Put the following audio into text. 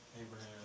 Abraham